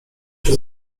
czy